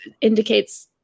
indicates